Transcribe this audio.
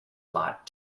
lot